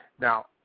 Now